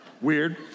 weird